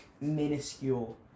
minuscule